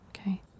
Okay